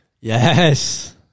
yes